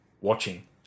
watching